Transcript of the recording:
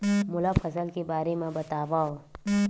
मोला फसल के बारे म बतावव?